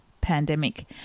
pandemic